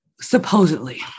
supposedly